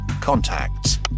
Contacts